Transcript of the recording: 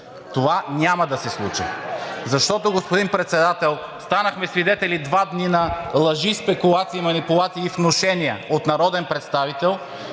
това няма да се случи. Защото, господин Председател, станахме свидетели два дни на лъжи, спекулации, манипулации и внушения от народен представител,